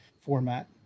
format